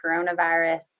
coronavirus